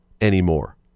anymore